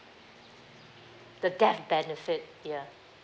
the death benefit ya